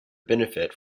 benefit